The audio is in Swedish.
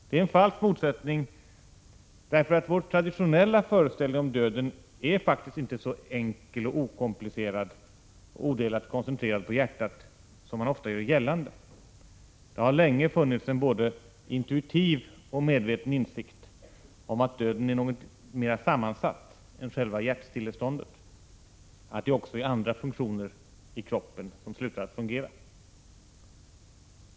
Det är en falsk motsättning därför att vår traditionella föreställning om döden faktiskt inte varit så enkel och okomplicerad och odelat koncentrerad på hjärtat som man ofta gör gällande. Det har länge funnits en både intuitiv och medveten insikt om att döden är något mer sammansatt än själva hjärtstilleståndet — att det också är andra funktioner i kroppen som slutar att fungera.